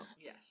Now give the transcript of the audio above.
Yes